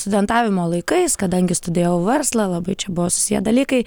studentavimo laikais kadangi studijavau verslą labai čia buvo susiję dalykai